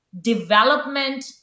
development